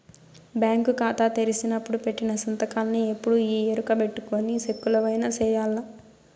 bank కాతా తెరిసినపుడు పెట్టిన సంతకాన్నే ఎప్పుడూ ఈ ఎరుకబెట్టుకొని సెక్కులవైన సెయ్యాల